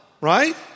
Right